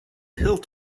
hilt